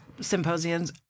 symposiums